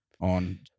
on